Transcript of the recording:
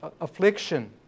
affliction